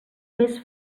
més